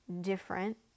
different